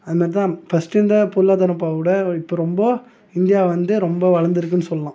அதுமேரி தான் ஃபர்ஸ்ட்டு இருந்த பொருளாதாரம்ப்போ விட இப்போ ரொம்ப இந்தியா வந்து ரொம்ப வளர்ந்துருக்குன்னு சொல்லலாம்